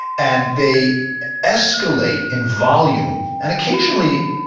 and they escalate in volume and occasionally,